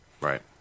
Right